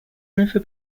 never